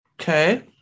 Okay